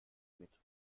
mit